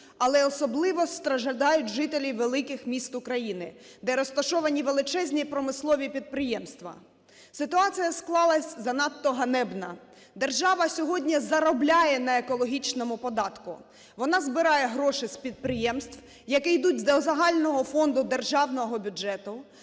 але особливо страждають жителі великих міст України, де розташовані величезні промислові підприємства. Ситуація склалась занадто ганебна. Держава сьогодні заробляє на екологічному податку, вона збирає гроші з підприємств, які йдуть до загального фонду державного бюджету,